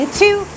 two